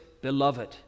beloved